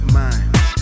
mind